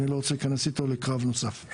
אני לא רוצה להיכנס איתו לקרב נוסף.